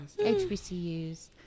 HBCUs